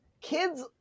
Kids